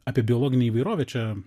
apie biologinę įvairovę čia